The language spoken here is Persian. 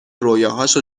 رویاهاشو